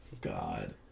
God